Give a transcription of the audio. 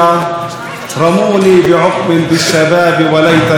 כמו האביב בין שאר העונות.